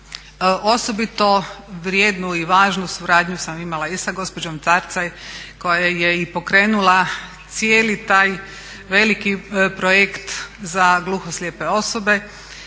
Osobito vrijednu i važnu suradnju sam imala i sa gospođom Tarcaj koja je i pokrenula cijeli taj veliki projekt za gluhoslijepe osobe.